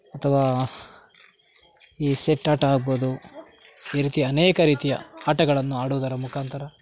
ಅಥವಾ ಈ ಸೆಟ್ ಆಟ ಆಗ್ಬೋದು ಈ ರೀತಿಯ ಅನೇಕ ರೀತಿಯ ಆಟಗಳನ್ನು ಆಡುವುದರ ಮುಖಾಂತರ